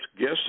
guess